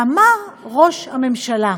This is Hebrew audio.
ואמר ראש הממשלה: